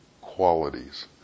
qualities